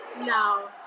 No